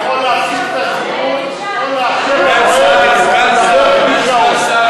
יכול להפסיק את הדיון או לאפשר לדובר לדבר בלי שעון.